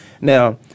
Now